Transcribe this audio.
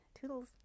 Toodles